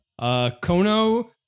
Kono